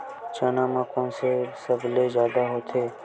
चना म कोन से सबले जादा होथे?